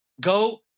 go